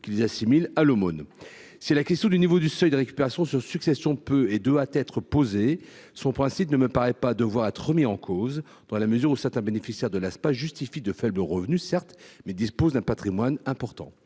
qu'ils assimilent à l'aumône, c'est la question du niveau du seuil de récupération sur succession peut et doit être posée, son principe ne me paraît pas devoir être remis en cause, dans la mesure où certains bénéficiaires de l'ASPA justifie de faibles revenus, certes, mais dispose d'un Patrimoine important,